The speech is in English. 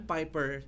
Piper